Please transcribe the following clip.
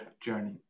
journey